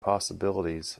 possibilities